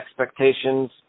expectations